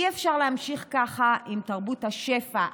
אי-אפשר להמשיך ככה עם תרבות השפע,